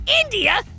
India